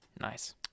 Nice